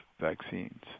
vaccines